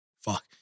Fuck